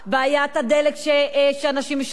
בעיית הדלק שאנשים משלמים,